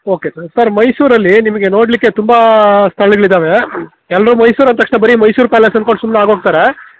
okay sir sir ಮೈಸೂರಲ್ಲಿ ನಿಮಗೆ ನೋಡಲಿಕ್ಕೆ ತುಂಬ ಸ್ಥಳಗಳಿದ್ದಾವೆ ಎಲ್ಲರೂ ಮೈಸೂರು ಅಂದ ತಕ್ಷ್ಣ ಬರಿ ಮೈಸೂರು ಪ್ಯಾಲೇಸ್ ಅಂದ್ಕೊಂಡು ಸುಮ್ನಾಗೋಗ್ತಾರೆ